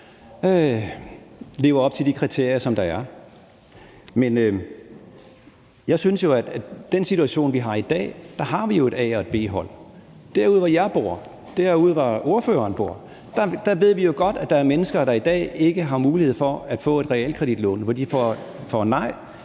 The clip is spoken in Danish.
lever op til de kriterier, der er. Men jeg synes jo, at vi i den situation, vi har i dag, har et A- og et B-hold. Derude, hvor jeg bor; derude, hvor ordføreren bor, ved vi jo godt at der er mennesker, der i dag ikke har mulighed for at få et realkreditlån, for de får nej,